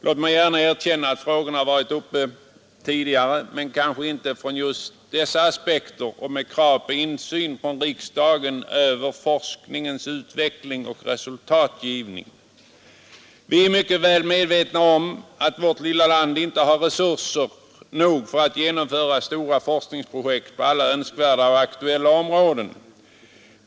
Låt mig gärna erkänna att frågorna har varit uppe till behandling tidigare, men kanske inte från just dessa aspekter och med krav på insyn från riksdagen över forskningens utveckling och resultatgivning. Vi är mycket väl medvetna om att vårt lilla land inte har resurser nog för att genomföra stora forskningsprojekt på alla önskvärda och aktuella områden.